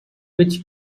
which